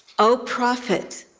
o prophet,